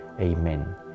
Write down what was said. Amen